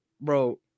bro